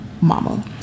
mama